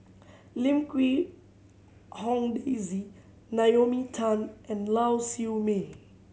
Lim Quee Hong Daisy Naomi Tan and Lau Siew Mei